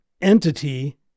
entity